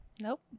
nope